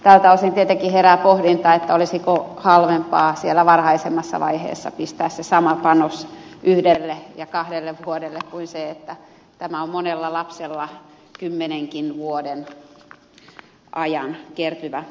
tältä osin tietenkin herää pohdinta olisiko halvempaa varhaisemmassa vaiheessa pistää se sama panos yhdelle ja kahdelle vuodelle kuin se että tämä on monella lapsella kymmenenkin vuoden aikana kertyvä kustannus